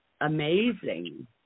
amazing